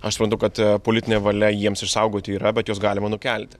aš suprantu kad politinė valia jiems išsaugoti yra bet juos galima nukelti